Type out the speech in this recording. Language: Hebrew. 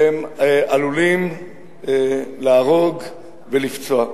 הם עלולים להרוג ולפצוע.